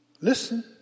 Listen